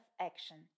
action